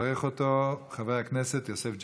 יברך אותו חבר הכנסת יוסף ג'בארין.